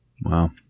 Wow